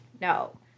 No